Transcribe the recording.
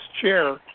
chair